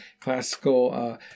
classical